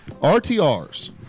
RTRs